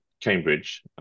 Cambridge